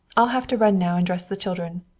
i'll have to run now and dress the children.